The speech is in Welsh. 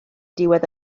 diwedd